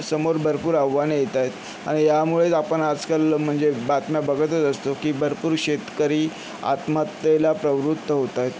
समोर भरपूर आव्हाने येत आहेत आणि यामुळेच आपण आजकाल म्हणजे बातम्या बघतच असतो की भरपूर शेतकरी आत्महत्येला प्रवृत्त होतायंत